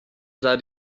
sah